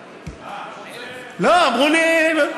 לא, אמרו לי,